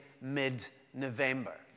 mid-November